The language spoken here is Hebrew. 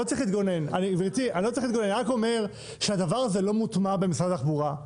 אני רק אומר שהדבר הזה לא מוטמע במשרד התחבורה,